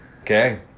Okay